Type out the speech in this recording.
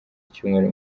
icyumweru